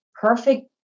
perfect